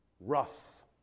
rough